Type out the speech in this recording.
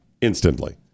instantly